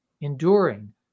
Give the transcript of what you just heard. enduring